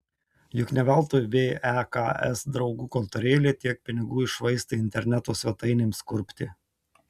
juk ne veltui veks draugų kontorėlė tiek pinigų iššvaistė interneto svetainėms kurpti